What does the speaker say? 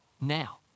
now